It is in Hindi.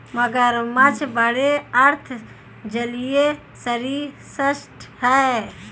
मगरमच्छ बड़े अर्ध जलीय सरीसृप हैं